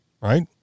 Right